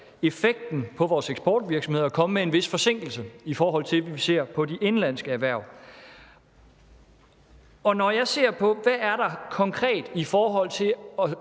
effekten på vores eksportvirksomheder at komme med en vis forsinkelse, i forhold til hvad vi ser på de indenlandske erhverv. Når jeg ser på, hvad der konkret er i forhold til